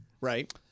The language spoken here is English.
Right